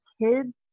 kids